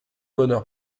bonheur